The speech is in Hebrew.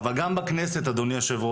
אבל גם בכנסת, אדוני היושב-ראש,